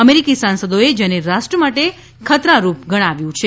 અમેરિકી સાંસદોએ જેને રાષ્ટ્ર માટે ખતરારૂપ લગાવ્યું હતું